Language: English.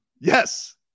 Yes